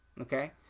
Okay